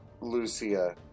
Lucia